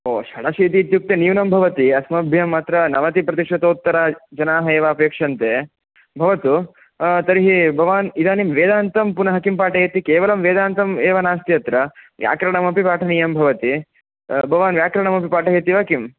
ओ षडशीतिः इत्युक्ते न्यूनं भवति अस्मभ्यम् अत्र नवति प्रतिशतोत्तरजनाः एव अपेक्ष्यन्ते भवतु तर्हि भवान् इदानीं वेदान्तं पुनः किं पाठयति केवलं वेदान्तम् एव नास्ति अत्र व्याकरणमपि पाठनीयं भवति भवान् व्याकरणमपि पाठयति वा किं